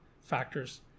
factors